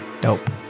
Dope